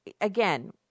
again